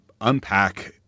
unpack